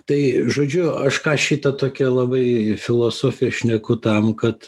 tai žodžiu aš ką šitą tokią labai filosofiją šneku tam kad